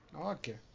Okay